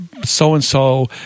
so-and-so